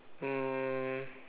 um